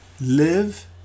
Live